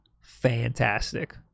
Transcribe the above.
fantastic